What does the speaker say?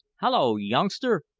hallo, youngster!